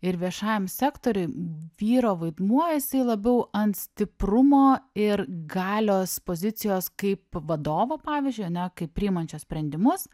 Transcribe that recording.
ir viešajam sektoriuj vyro vaidmuo jisai labiau ant stiprumo ir galios pozicijos kaip vadovo pavyzdžiu ane kaip priimančio sprendimus